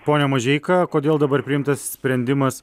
pone mažeika kodėl dabar priimtas sprendimas